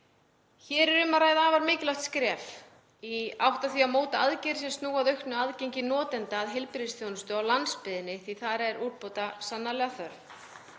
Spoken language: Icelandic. Hér er um að ræða afar mikilvægt skref í átt að því að móta aðgerðir sem snúa að auknu aðgengi notenda heilbrigðisþjónustu á landsbyggðinni því þar er úrbóta sannarlega þörf.